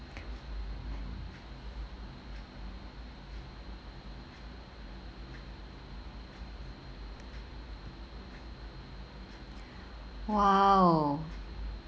!wow!